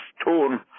stone